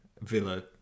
Villa